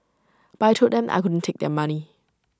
but I Told them I couldn't take their money